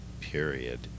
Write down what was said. Period